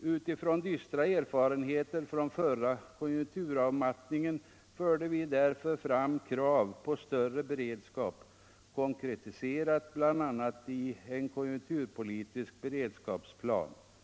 Utifrån dystra erfarenheter från den förra konjunkturavmattningen förde vi därför fram krav på större beredskap, konkretiserat bl.a. i en konjunkturpolitisk beredskapsplan.